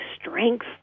strength